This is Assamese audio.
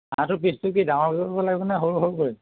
আৰু পিচটো কি ডাঙৰ কৰিব লাগিব নে সৰু সৰু কৰিম